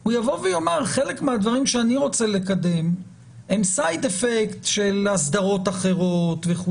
הוא יאמר שחלק מהדברים שהוא רוצה לקדם הם side efect של אסדרות אחרות.